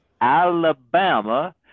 Alabama